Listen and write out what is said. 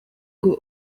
ngo